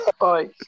Bye